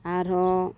ᱟᱨ ᱦᱚᱸ